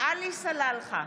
עלי סלאלחה,